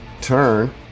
turn